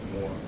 more